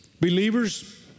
Believers